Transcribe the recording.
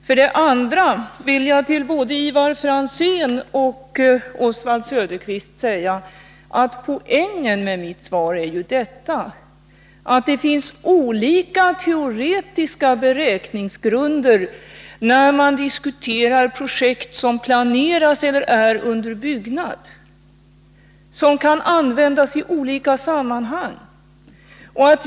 För det andra vill jag till både Ivar Franzén och Oswald Söderqvist säga att poängen med mitt svar är att det finns olika teoretiska beräkningsgrunder när man diskuterar projekt som planeras eller som är under byggnad, och de kan användas i olika sammanhang.